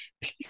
please